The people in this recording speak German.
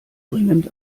dringend